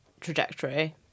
trajectory